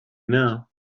now